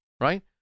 right